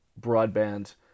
broadband